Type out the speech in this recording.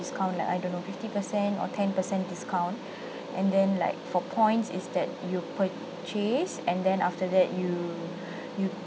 discount like I don't know fifty percent or ten percent discount and then like for point is that you purchase and then after that you you